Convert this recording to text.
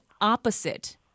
opposite